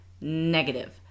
Negative